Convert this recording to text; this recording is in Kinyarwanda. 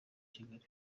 kigali